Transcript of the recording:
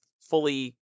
fully